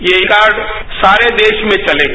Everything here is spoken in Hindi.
ये कार्ड सारे देश में चलेगा